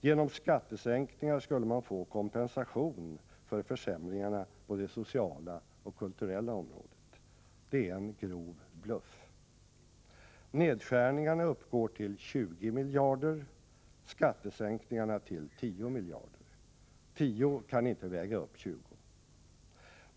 Genom skattesänkningar skulle man få kompensation för försämringarna på det sociala och kulturella området. Det är en grov bluff. Nedskärningarna uppgår till 20 miljarder, skattesänkningarna till 10 miljarder. Tio kan inte väga upp tjugo.